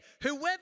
whoever